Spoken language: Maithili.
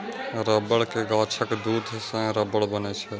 रबड़ के गाछक दूध सं रबड़ बनै छै